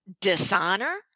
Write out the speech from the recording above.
dishonor